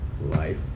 life